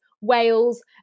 Wales